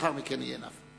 לאחר מכן יהיה חבר הכנסת נפאע.